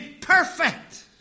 perfect